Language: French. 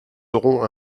aurons